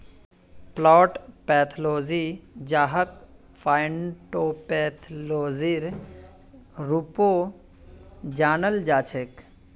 plant pathology जहाक फाइटोपैथोलॉजीर रूपतो जानाल जाछेक